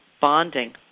bonding